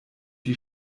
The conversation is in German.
die